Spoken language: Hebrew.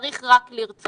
צריך רק לרצות